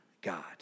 God